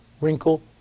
wrinkle